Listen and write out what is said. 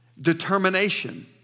determination